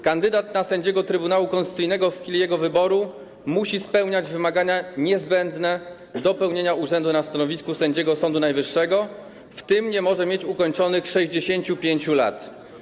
Kandydat na sędziego Trybunału Konstytucyjnego w chwili jego wyboru musi spełniać wymagania niezbędne do pełnienia urzędu na stanowisku sędziego Sądu Najwyższego, w tym nie może mieć ukończonych 65 lat.